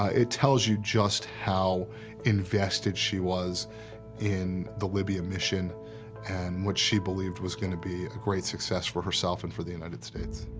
ah it tells you just how invested she was in the libya mission and what she believed was going to be a great success for herself and for the united states.